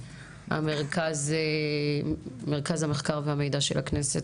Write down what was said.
מרכז המחקר והמידע של הכנסת,